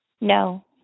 No